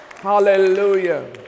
Hallelujah